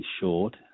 short